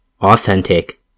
authentic